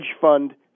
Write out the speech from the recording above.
fund